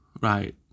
right